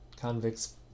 convicts